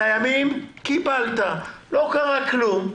את הימים קיבלת ולא קרה כלום.